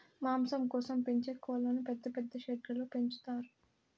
మాంసం కోసం పెంచే కోళ్ళను పెద్ద పెద్ద షెడ్లలో పెంచుతారు